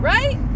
Right